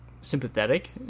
sympathetic